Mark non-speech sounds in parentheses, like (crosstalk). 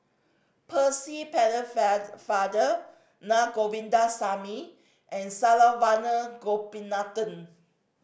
Percy (unintelligible) father Na Govindasamy and Saravanan Gopinathan